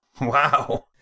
Wow